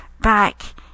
back